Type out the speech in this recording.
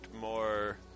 more